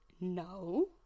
no